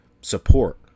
support